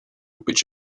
which